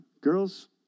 girls